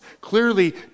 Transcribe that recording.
Clearly